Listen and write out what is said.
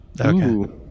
Okay